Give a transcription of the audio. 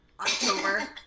October